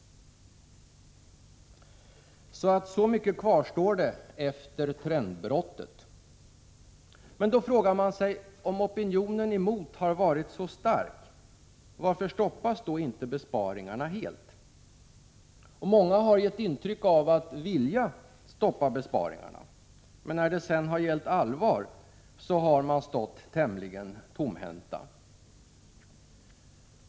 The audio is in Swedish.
Så mycket kvarstår alltså efter ”trendbrottet”. Man frågar sig då varför besparingarna inte stoppas helt om opinionen emot dem har varit så stark. Många har gett intryck av att vilja stoppa besparingarna. Men när det sedan har gällt allvar har man stått tämligen tomhänt.